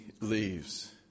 leaves